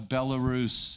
Belarus